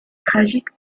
tragiques